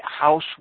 house